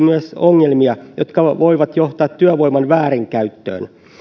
myös ongelmia jotka voivat johtaa työvoiman väärinkäyttöön